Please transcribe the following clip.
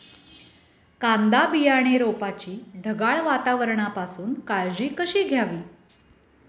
कांदा बियाणे रोपाची ढगाळ वातावरणापासून काळजी कशी घ्यावी?